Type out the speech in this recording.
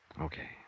Okay